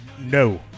No